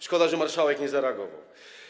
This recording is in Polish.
Szkoda, że marszałek nie zareagował.